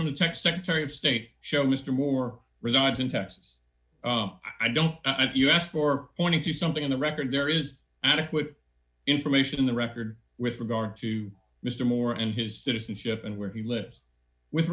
from the tech secretary of state show mr moore resides in texas i don't you ask for when you do something on the record there is adequate information in the record with regard to mr moore and his citizenship and where he lives with